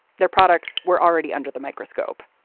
their products were already under the microscope.